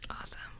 Awesome